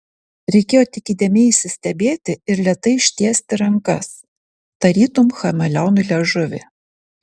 reikėjo tik įdėmiai įsistebėti ir lėtai ištiesti rankas tarytum chameleonui liežuvį